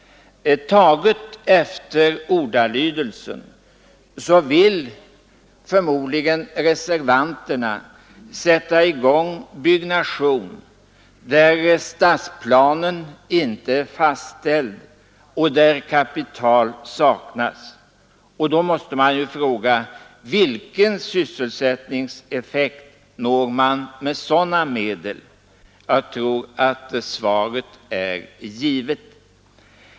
Taget efter ordalydelsen vill förmodligen reservanterna sätta i gång byggnation där stadsplan inte är fastställd och där kapital saknas. Vilken sysselsättningseffekt nås med sådana medel? Jag tror att svaret är givet.